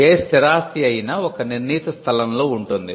ఏ స్థిరాస్తి అయినా ఒక నిర్ణీత స్థలంలో ఉంటుంది